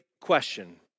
question